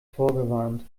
vorgewarnt